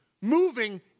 moving